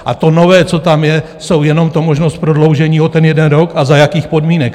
A to nové, co tam je, je jenom možnost prodloužení o jeden rok a za jakých podmínek.